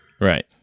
Right